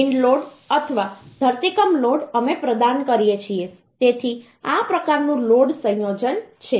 wind load અથવા ધરતીકંપ load અમે પ્રદાન કરીએ છીએ તેથી આ એક પ્રકારનું લોડ સંયોજન છે